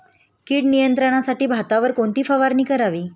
कीड नियंत्रणासाठी भातावर कोणती फवारणी करावी?